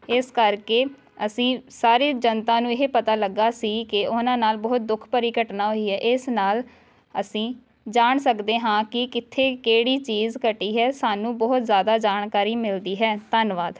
ਇਸ ਕਰਕੇ ਅਸੀਂ ਸਾਰੇ ਜਨਤਾ ਨੂੰ ਇਹ ਪਤਾ ਲੱਗਾ ਸੀ ਕਿ ਉਹਨਾਂ ਨਾਲ ਬਹੁਤ ਦੁੱਖ ਭਰੀ ਘਟਨਾ ਹੋਈ ਹੈ ਇਸ ਨਾਲ ਅਸੀਂ ਜਾਣ ਸਕਦੇ ਹਾਂ ਕਿ ਕਿੱਥੇ ਕਿਹੜੀ ਚੀਜ਼ ਘਟੀ ਹੈ ਸਾਨੂੰ ਬਹੁਤ ਜ਼ਿਆਦਾ ਜਾਣਕਾਰੀ ਮਿਲਦੀ ਹੈ ਧੰਨਵਾਦ